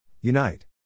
Unite